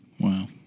Wow